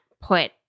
put